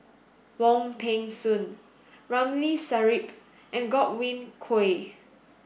Wong Peng Soon Ramli Sarip and Godwin Koay